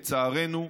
לצערנו,